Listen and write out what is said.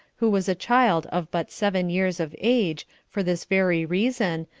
who was a child of but seven years of age, for this very reason,